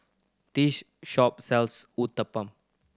this shop sells Uthapam